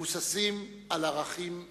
המבוססים על ערכים משותפים.